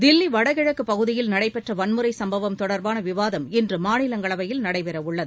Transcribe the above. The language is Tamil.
தில்லி வடகிழக்கு பகுதியில் நடைபெற்ற வன்முறை சும்பவம் தொடர்பான விவாதம் இன்று மாநிலங்களவையில் நடைபெறவுள்ளது